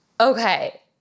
okay